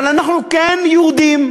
אבל אנחנו כן יהודים,